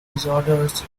disorders